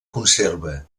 conserva